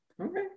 okay